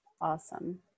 Awesome